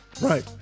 right